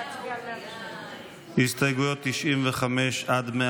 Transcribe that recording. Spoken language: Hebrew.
להצביע על 103. הסתייגויות 95 102,